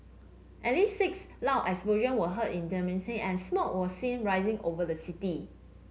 at least six loud explosion were heard in and smoke was seen rising over the city